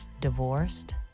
divorced